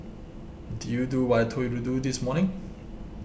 did you do what I told you to do this morning